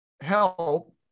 help